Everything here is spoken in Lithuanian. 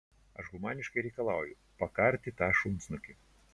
aš humaniškai reikalauju pakarti tą šunsnukį